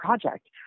project